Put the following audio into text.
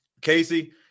Casey